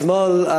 אתמול,